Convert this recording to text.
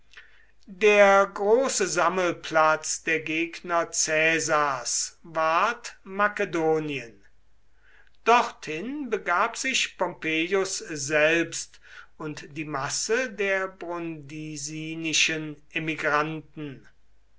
der große sammelplatz der gegner caesars ward makedonien dorthin begab sich pompeius selbst und die masse der brundisinischen emigranten